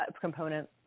component